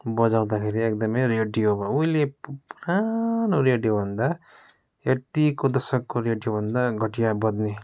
बजाउँदाखेरि एकदमै रेडियो उहिले पुरानो रेडियोभन्दा एट्टीको दशकको रेडियोभन्दा घटिया बज्ने